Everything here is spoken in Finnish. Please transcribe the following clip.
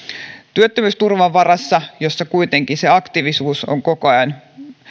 työttömyysturvan varassa jossa kuitenkin se aktiivisuus on koko ajan